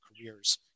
careers